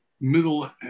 middle